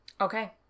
Okay